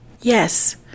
Yes